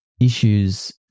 issues